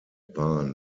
bahn